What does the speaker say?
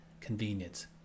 convenience